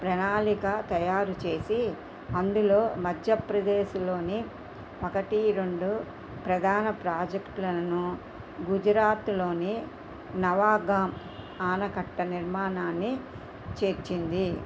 ప్రణాళిక తయారు చేసి అందులో మధ్యప్రదేశ్లోని ఒకటి రెండు ప్రధాన ప్రాజెక్ట్లను గుజరాత్లోని నవాగావ్ ఆనకట్ట నిర్మాణాన్ని చేర్చింది